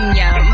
yum